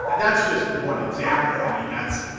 that's just one example. i mean, that's